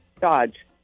Dodge